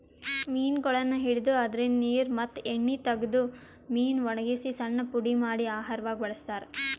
ಮೀನಗೊಳನ್ನ್ ಹಿಡದು ಅದ್ರಿನ್ದ ನೀರ್ ಮತ್ತ್ ಎಣ್ಣಿ ತಗದು ಮೀನಾ ವಣಗಸಿ ಸಣ್ಣ್ ಪುಡಿ ಮಾಡಿ ಆಹಾರವಾಗ್ ಬಳಸ್ತಾರಾ